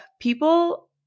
people